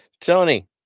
Tony